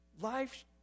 life